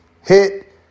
hit